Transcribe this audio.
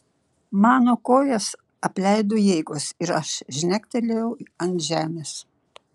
mano kojas apleido jėgos ir aš žnegtelėjau ant žemės